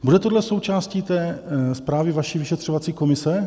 Bude tohle součástí zprávy vaší vyšetřovací komise?